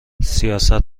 سیاست